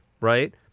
Right